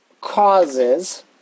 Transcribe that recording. causes